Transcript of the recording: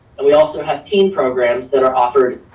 and we also have teen programs that are offered